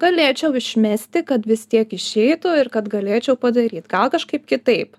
galėčiau išmesti kad vis tiek išeitų ir kad galėčiau padaryt gal kažkaip kitaip